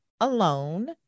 alone